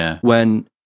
when-